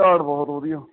ਝਾੜ ਬਹੁਤ ਵਧੀਆ